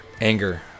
anger